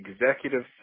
executive